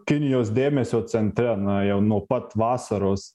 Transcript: kinijos dėmesio centre na jau nuo pat vasaros